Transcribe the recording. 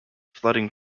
flooding